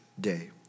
day